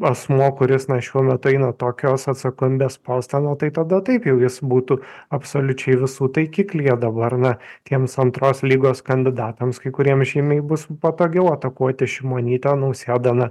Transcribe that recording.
asmuo kuris na šiuo metu eina tokios atsakomybės postą nu tai tada taip jau jis būtų absoliučiai visų taikiklyje dabar na tiems antros lygos kandidatams kai kuriem žymiai bus patogiau atakuoti šimonytę nausėdą na